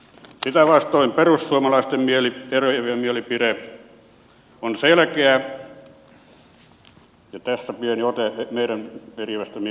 sitä vastoin perussuomalaisten eriävä mielipide on selkeä ja tässä pieni ote meidän eriävästä mielipiteestämme